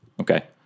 Okay